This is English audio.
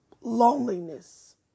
loneliness